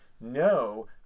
no